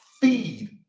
feed